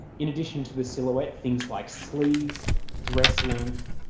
in addition to the silhouette things like sleeves, dress length,